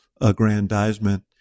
aggrandizement